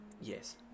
yes